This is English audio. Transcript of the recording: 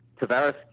Tavares